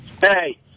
Hey